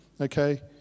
okay